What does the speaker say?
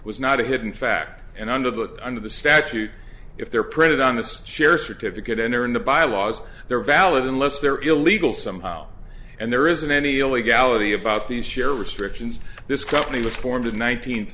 was not a hidden fact and under the under the statute if they're printed on this share certificate entering the bylaws they're valid unless they're illegal somehow and there isn't any only galatea about the share restrictions this company was formed in